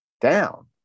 down